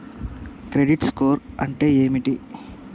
Credit score అంటే ఏమిటి?